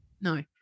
No